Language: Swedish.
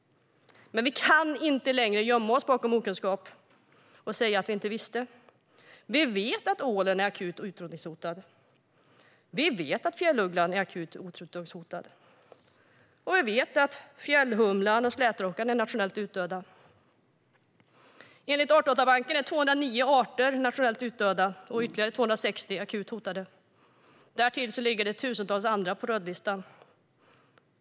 Men vi kan inte längre gömma oss bakom okunskap och säga att vi inget visste. Vi vet att ålen är akut utrotningshotad. Vi vet att fjällugglan är akut utrotningshotad. Vi vet att fälthumlan och slätrockan är nationellt utdöda. Enligt artdatabanken är 209 arter nationellt utdöda och ytterligare 260 arter akut hotade. Lägg därtill tusentals andra som står på rödlistan.